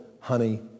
honey